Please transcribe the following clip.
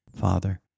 Father